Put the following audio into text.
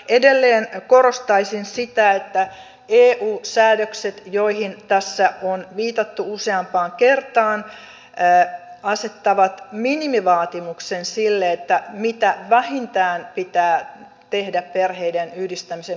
edelleen korostaisin sitä että eu säädökset joihin tässä on viitattu useampaan kertaan asettavat minimivaatimuksen sille mitä vähintään pitää tehdä perheiden yhdistämisen mahdollistamiseksi